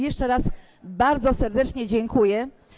Jeszcze raz bardzo serdecznie dziękuję.